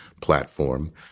platform